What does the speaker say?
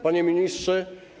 Panie Ministrze!